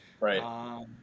Right